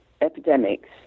epidemics